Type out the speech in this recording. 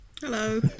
Hello